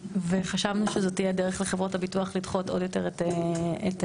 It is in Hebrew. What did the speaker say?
וחשבנו שזאת תהיה דרך לחברות הביטוח לדחות עוד יותר את התשלום.